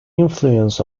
influence